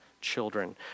children